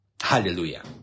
Hallelujah